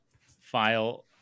file